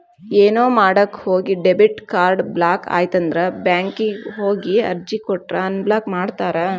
ಏನೋ ಮಾಡಕ ಹೋಗಿ ಡೆಬಿಟ್ ಕಾರ್ಡ್ ಬ್ಲಾಕ್ ಆಯ್ತಂದ್ರ ಬ್ಯಾಂಕಿಗ್ ಹೋಗಿ ಅರ್ಜಿ ಕೊಟ್ರ ಅನ್ಬ್ಲಾಕ್ ಮಾಡ್ತಾರಾ